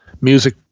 music